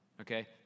okay